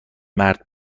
مرد